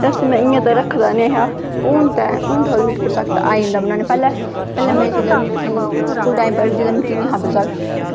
बैसे में इयां तां रक्खे दा नेंईं हा हून तां मिगी प्रौजैक्ट आई जंदा बनाना पैह्लैं में जिसलै मिगी स्कूल टैम पढ़दी तां मिगी नेंई हा प्रौजैक्ट